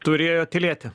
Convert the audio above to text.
turėjo tylėti